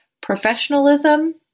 professionalism